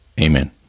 Amen